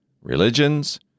religions